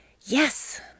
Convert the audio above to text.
Yes